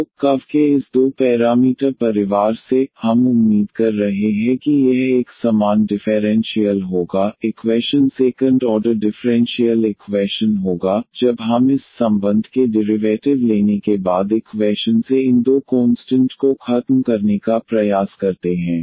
तो कर्व के इस दो पैरामीटर परिवार से हम उम्मीद कर रहे हैं कि यह एक समान डिफेरेंशीयल होगा equation second order differential equation होगा जब हम इस संबंध के डिरिवैटिव लेने के बाद इक्वैशन से इन दो कोंस्टंट को खत्म करने का प्रयास करते हैं